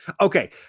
okay